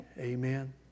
Amen